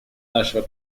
нашего